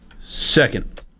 Second